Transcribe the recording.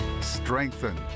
strengthen